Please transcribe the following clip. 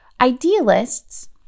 idealists